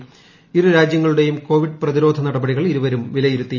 രണ്ടു രാജ്യങ്ങളുടെയും കോവിഡ്പ്പിച്ചതിരോധ നടപടികൾ ഇരുവരും വിലയിരുത്തി